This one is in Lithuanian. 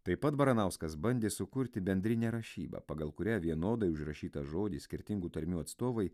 taip pat baranauskas bandė sukurti bendrinę rašybą pagal kurią vienodai užrašytą žodį skirtingų tarmių atstovai